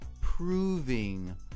proving